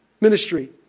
ministry